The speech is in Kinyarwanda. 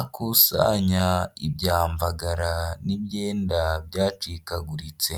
akusanya ibyamvagara n'ibyenda byacikaguritse.